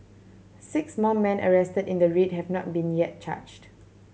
six more men arrested in the raid have not been yet charged